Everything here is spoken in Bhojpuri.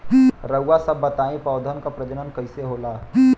रउआ सभ बताई पौधन क प्रजनन कईसे होला?